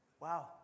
Wow